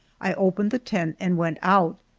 i opened the tent and went out.